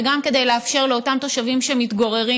וגם כדי לאפשר לאותם תושבים שמתגוררים